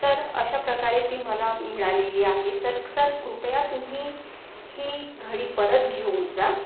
तर अशा प्रकारे ती मला मिळालेली आहे तर क्सर कृपया तुम्ही ही घडी परत घेऊन जा